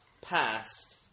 past